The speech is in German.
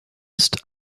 ist